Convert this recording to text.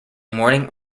morning